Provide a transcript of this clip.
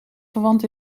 verwant